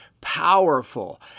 powerful